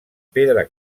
pedra